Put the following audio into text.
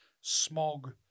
smog